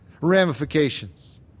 ramifications